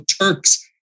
Turks-